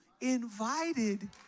invited